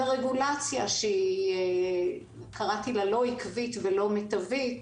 ורגולציה שקראתי לה לא עקבית ולא מיטבית,